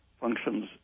functions